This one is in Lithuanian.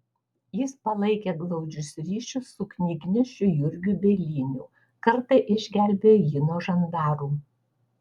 jis palaikė glaudžius ryšius su knygnešiu jurgiu bieliniu kartą išgelbėjo jį nuo žandaru